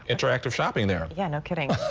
interactive shopping there. yeah, no kidding.